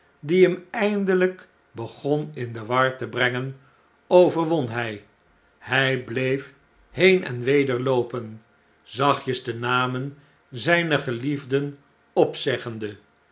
die hem eindelyk begon in de warte brengen overwon hij hjj bleef heen en weder loopen zachtjes de hamen zjjner geliefden opzeggende